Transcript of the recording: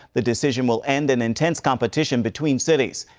the decision will end an intense competition between cities.